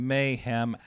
Mayhem